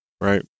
right